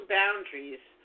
boundaries